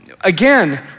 again